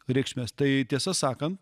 reikšmes tai tiesa sakant